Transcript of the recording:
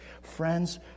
Friends